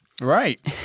Right